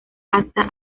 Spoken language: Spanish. hasta